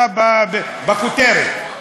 עירייה באה בכותרת.